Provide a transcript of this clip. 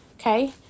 okay